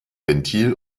ventil